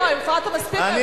הפרעת מספיק, די.